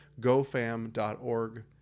gofam.org